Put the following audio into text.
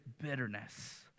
bitterness